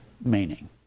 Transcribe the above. meaning